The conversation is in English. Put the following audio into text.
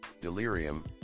delirium